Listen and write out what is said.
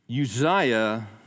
Uzziah